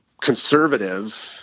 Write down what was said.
conservative